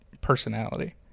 personality